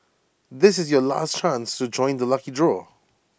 this is your last chance to join the lucky draw